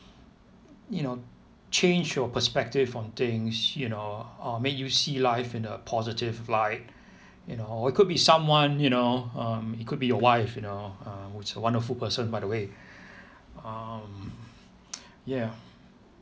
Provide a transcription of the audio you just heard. you know change your perspective on things you know uh make you see life in the positive light you know it could be someone you know um it could be your wife you know uh who's a wonderful person by the way um yeah